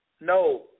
No